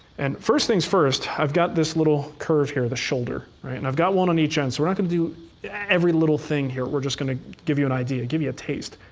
and first things first. i've got this little curve here, the shoulder. and i've got one on each end. so we're not going to do every little thing here. we're just going to give you an idea, give you a taste.